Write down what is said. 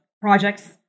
projects